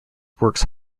works